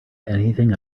anything